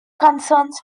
concerns